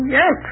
yes